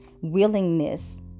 willingness